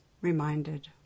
reminded